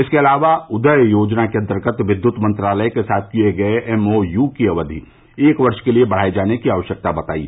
इसके अलावा उदय योजना के अन्तर्गत विद्युत मंत्रालय के साथ किये गये एम ओ यू की अवधि एक वर्श के लिए बढ़ाये जाने की आवष्यकता बतायी